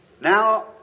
Now